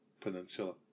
Peninsula